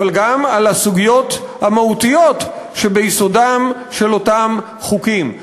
אבל גם על הסוגיות המהותיות שביסודם של אותם חוקים.